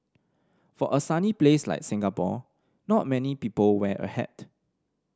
for a sunny place like Singapore not many people wear a hat